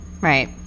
Right